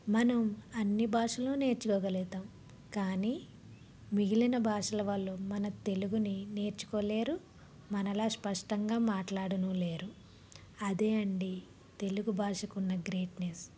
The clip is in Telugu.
మనం అన్నీ భాషలు నేర్చుకోగలుగుతాం కానీ మిగిలిన భాషల వాళ్ళు మన తెలుగుని నేర్చుకోలేరు మనలా స్పష్టంగా మాట్లాడలేరు అదే అండి తెలుగు భాషకు ఉన్న గ్రేట్నెస్